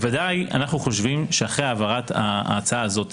בוודאי אנחנו חושבים שאחרי העברת ההצעה הזאת